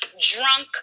drunk